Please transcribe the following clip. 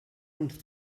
uns